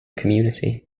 community